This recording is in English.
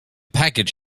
package